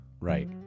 Right